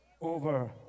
over